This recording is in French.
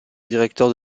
directeur